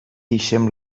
deixem